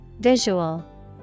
Visual